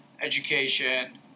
education